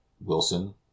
Wilson